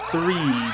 Three